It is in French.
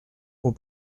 aux